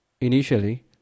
initially